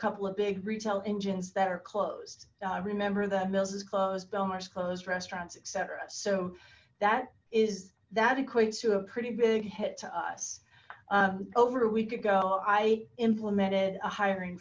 couple of big retail engines that are closed remember the mills is closed boomers closed restaurants etc so that is that equates to a pretty big hit to us over a week ago i implemented a hiring